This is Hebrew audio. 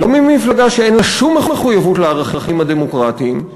לא ממפלגה שאין לה שום מחויבות לערכים הדמוקרטיים,